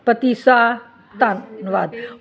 ਪਤੀਸਾ ਧੰਨਵਾਦ